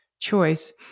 choice